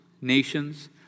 nations